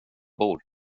bor